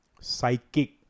psychic